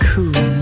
Cool